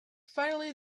finally